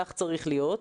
כך צריך להיות,